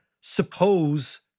suppose